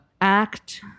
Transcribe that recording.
act